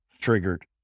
triggered